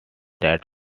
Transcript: that